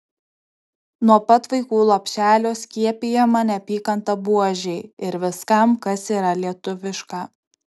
nuo pat vaikų lopšelio skiepijama neapykanta buožei ir viskam kas yra lietuviška